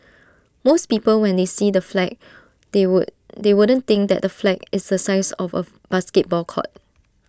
most people when they see the flag they would they wouldn't think that the flag is the size of A basketball court